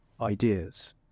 Ideas